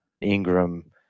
Ingram